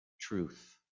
truth